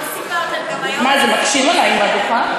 אתמול סיפרתם מה זה, מקשים עלי עם הדוכן?